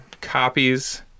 copies